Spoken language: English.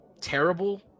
terrible